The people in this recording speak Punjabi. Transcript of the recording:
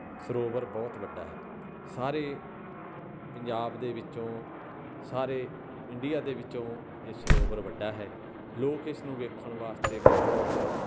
ਸਰੋਵਰ ਬਹੁਤ ਵੱਡਾ ਹੈ ਸਾਰੇ ਪੰਜਾਬ ਦੇ ਵਿੱਚੋਂ ਸਾਰੇ ਇੰਡੀਆ ਦੇ ਵਿੱਚੋਂ ਇਹ ਸਰੋਵਰ ਵੱਡਾ ਹੈ ਲੋਕ ਇਸ ਨੂੰ ਵੇਖਣ ਵਾਸਤੇ ਬਹੁਤ